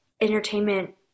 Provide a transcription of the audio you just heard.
entertainment